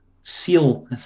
seal